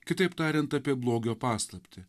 kitaip tariant apie blogio paslaptį